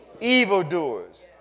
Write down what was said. evildoers